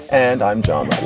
and i'm john